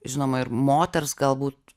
žinoma ir moters galbūt